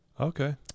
Okay